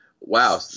wow